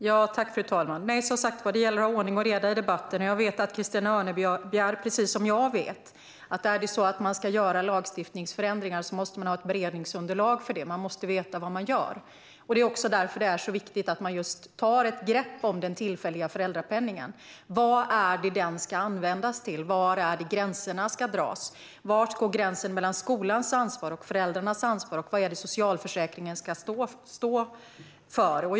Fru talman! Det gäller som sagt att ha ordning och reda i debatten. Christina Örnebjär vet lika väl som jag att om man ska göra lagstiftningsförändringar måste man ha ett beredningsunderlag så att man vet vad man gör. Därför är det viktigt att man tar ett grepp om den tillfälliga föräldrapenningen - vad den ska användas till, var gränserna ska dras, var gränsen mellan skolans och föräldrarnas ansvar går och vad socialförsäkringen ska stå för.